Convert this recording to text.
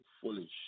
foolish